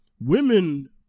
women